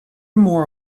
more